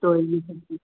तो यह है फीस